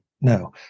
no